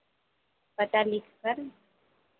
पता लिखकर